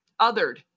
othered